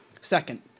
Second